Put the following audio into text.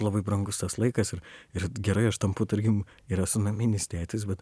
labai brangus tas laikas ir ir gerai aš tampu tarkim ir esu naminis tėtis bet